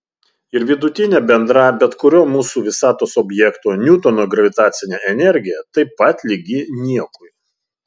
ir vidutinė bendra bet kurio mūsų visatos objekto niutono gravitacinė energija taip pat lygi niekui